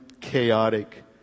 chaotic